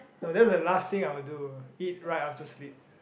no that's the last thing I'll do eat right after sleep